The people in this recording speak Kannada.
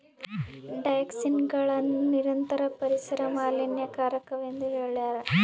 ಡಯಾಕ್ಸಿನ್ಗಳನ್ನು ನಿರಂತರ ಪರಿಸರ ಮಾಲಿನ್ಯಕಾರಕವೆಂದು ಹೇಳ್ಯಾರ